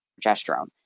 progesterone